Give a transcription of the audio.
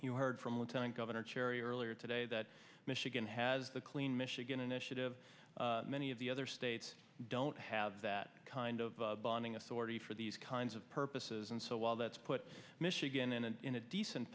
you heard from lieutenant governor cherry earlier today that michigan has the clean michigan initiative many of the other states don't have that kind of bonding authority for these kinds of purposes and so while that's put michigan in and in a decent